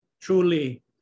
truly